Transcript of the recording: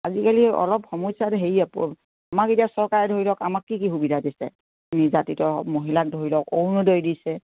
আজিকালি অলপ সমস্যাটো হেৰি আমাক এতিয়া চৰকাৰে ধৰি লওক আমাক কি কি সুবিধা দিছে জাগ্ৰত মহিলাক ধৰি লওক অৰুণোদয় দিছে